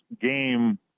game